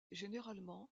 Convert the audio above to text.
généralement